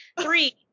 Three